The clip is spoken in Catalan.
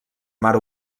mar